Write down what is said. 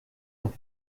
noch